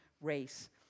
race